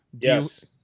Yes